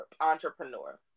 entrepreneur